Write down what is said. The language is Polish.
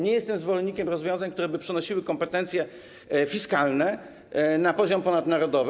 Nie jestem zwolennikiem rozwiązań, które by przenosiły kompetencje fiskalne na poziom ponadnarodowy.